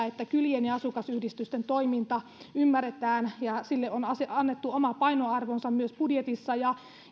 että kylien ja asukasyhdistysten toiminta ymmärretään ja sille on annettu oma painoarvonsa myös budjetissa